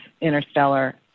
interstellar